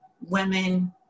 women